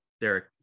Derek